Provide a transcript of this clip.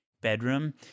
bedroom